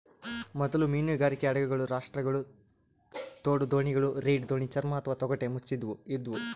ಮೊದಲ ಮೀನುಗಾರಿಕೆ ಹಡಗುಗಳು ರಾಪ್ಟ್ಗಳು ತೋಡುದೋಣಿಗಳು ರೀಡ್ ದೋಣಿ ಚರ್ಮ ಅಥವಾ ತೊಗಟೆ ಮುಚ್ಚಿದವು ಇದ್ವು